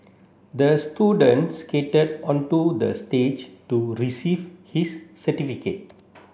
the student skated onto the stage to receive his certificate